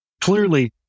Clearly